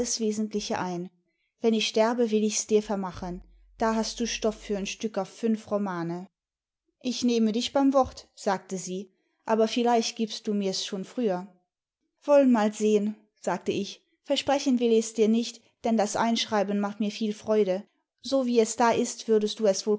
wesentliche ein wenn ich sterbe will ich s dir vermachen da hast du stoff für n stücker fünf romane ich nehme dich beim wort sagte sie aber vielleiöht gibst du mir's schon früher i wollen mal seihen sagte ich versprechen will ich's dir nicht denn das einschreiben macht mir viel freude so wie es da ist würdest du es